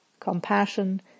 Compassion